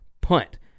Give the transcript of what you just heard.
punt